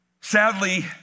Sadly